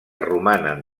romanen